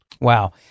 Wow